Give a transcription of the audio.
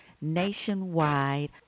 nationwide